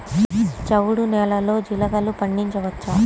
చవుడు నేలలో జీలగలు పండించవచ్చా?